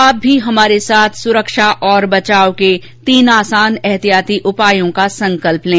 आप भी हमारे साथ सुरक्षा और बचाव के तीन आसान एहतियाती उपायों का संकल्प लें